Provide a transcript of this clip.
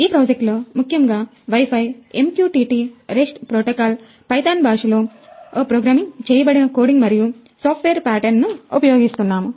ఈ ప్రాజెక్టు లో ముఖ్యముగా వైఫై ఉపయోగిస్తున్నాము